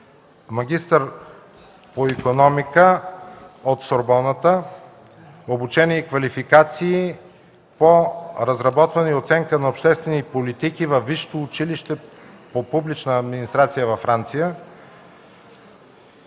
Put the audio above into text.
Магистър е по икономика от Сорбоната; има обучение и квалификации по разработване оценка на обществени политики във Висшето училище по публична администрация във Франция.